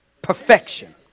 Perfection